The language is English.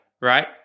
right